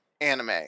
anime